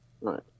Right